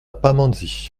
pamandzi